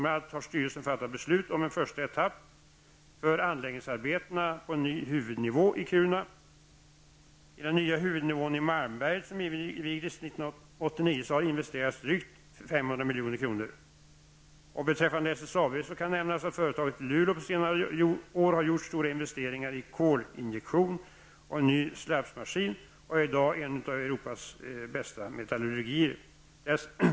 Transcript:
Bl.a. har styrelsen fattat beslut om en första etapp för anläggningsarbeten på en ny huvudnivå i Kiruna. I den nya huvudnivån i milj.kr. investerats. Beträffande SSAB kan nämnas att företaget i Luleå på senare år har gjort stora investeringar i kolinjektion och i en ny slabsmaskin och är i dag en av Europas bästa metallurgier.